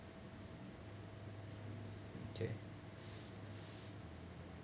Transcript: !chey!